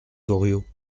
goriot